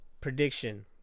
prediction